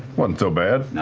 wasn't so bad.